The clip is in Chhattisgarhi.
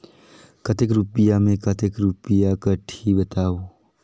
कतेक रुपिया मे कतेक रुपिया कटही बताव?